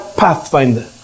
pathfinder